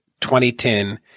2010